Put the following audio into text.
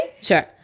Sure